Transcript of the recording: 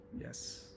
Yes